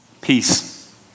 peace